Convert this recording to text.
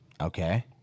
Okay